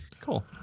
cool